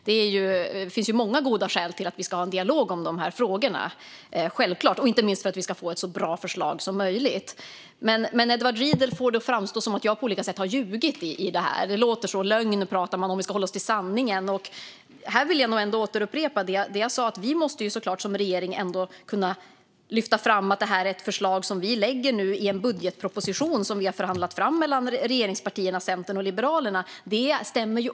Det finns många goda skäl till att vi ska ha en dialog om de här frågorna, inte minst för att vi ska få ett så bra förslag som möjligt. Men Edward Riedl får det att framstå som att jag på olika sätt har ljugit om detta. Han pratar om lögn och att vi ska hålla oss till sanningen. Här vill jag återupprepa att vi som regering såklart måste kunna lyfta fram att det här är ett förslag som vi lägger i en budgetproposition som har förhandlats fram mellan regeringspartierna, Centern och Liberalerna, för det stämmer ju.